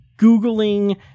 Googling